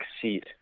seat